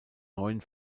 neuen